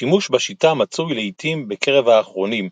השימוש בשיטה מצוי לעיתים בקרב האחרונים,